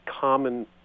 common